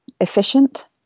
efficient